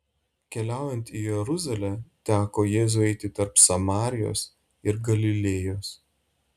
keliaujant į jeruzalę teko jėzui eiti tarp samarijos ir galilėjos